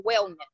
wellness